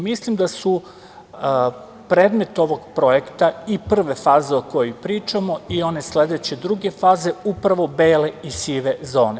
Mislim da su predmet ovog projekta i prve faze o kojoj pričamo i one sledeće druge faze, upravo bele i sive zone.